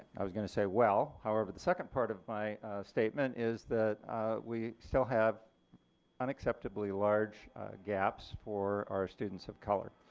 i was going to say well. however the second part of my statement is that we still have unacceptably large gaps for our students of color.